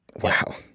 wow